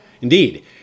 Indeed